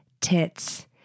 tits